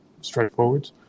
straightforward